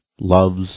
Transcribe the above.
loves